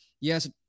yes